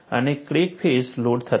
અને crack face load થતા નથી